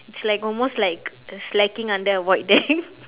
it's like almost like slacking under a void deck